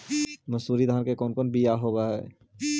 मनसूरी धान के कौन कौन बियाह होव हैं?